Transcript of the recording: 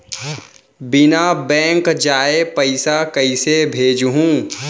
बिना बैंक जाये पइसा कइसे भेजहूँ?